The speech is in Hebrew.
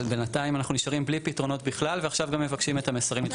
אנחנו חוששים שזה ימשיך לקרות.